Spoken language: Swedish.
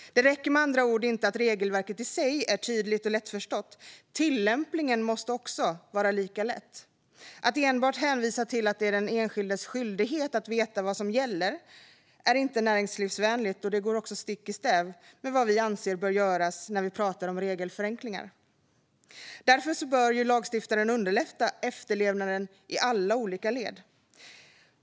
Det räcker med andra ord inte att regelverket i sig är tydligt och lättförstått. Tillämpningen måste vara lika lätt. Att enbart hänvisa till att det är den enskildes skyldighet att veta vad som gäller är inte näringslivsvänligt. Det går också stick i stäv med vad vi anser bör göras när vi pratar om regelförenklingar. Därför bör lagstiftaren underlätta efterlevnaden i alla led.